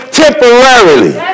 temporarily